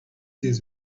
this